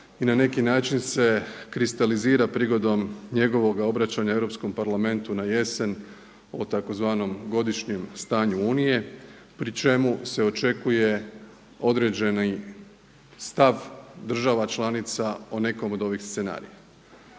i na neki način se kristalizira prigodom njegovoga obraćanja Europskom parlamentu na jesen o tzv. godišnjem stanju Unije pri čemu se očekuje određeni stav država članica o nekom od ovih scenarija.